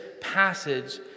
passage